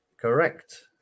Correct